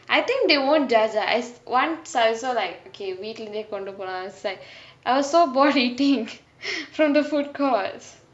I think they won't judge lah I once I also like okay வீட்டுலே இருந்தே கொண்டு போலா:veetulae irunthae kondu polaa and was like I was so bored eating from the food courts